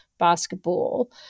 basketball